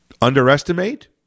underestimate